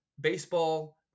baseball